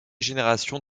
génération